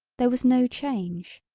there was no change.